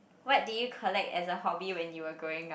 what did you collect as a hobby when you were growing up